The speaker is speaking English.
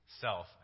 self